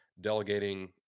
delegating